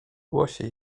głosie